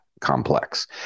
complex